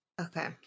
Okay